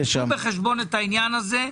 קחו בחשבון את העניין הזה.